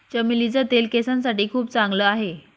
चमेलीचे तेल केसांसाठी खूप चांगला आहे